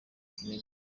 kinini